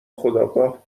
خودآگاه